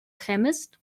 chemist